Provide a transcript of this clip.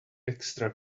extra